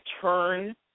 turn